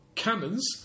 Cannons